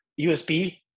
usb